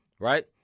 right